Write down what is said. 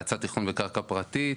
האצת תכנון בקרקע פרטית,